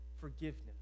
forgiveness